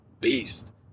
beast